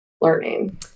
learning